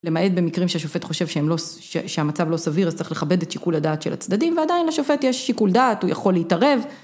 למעט במקרים שהשופט חושב שהמצב לא סביר אז צריך לכבד את שיקול הדעת של הצדדים ועדיין לשופט יש שיקול דעת, הוא יכול להתערב